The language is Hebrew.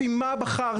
לפי מה בחרתם?